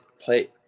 play